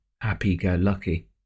happy-go-lucky